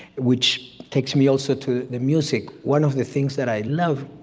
which takes me, also, to the music one of the things that i love,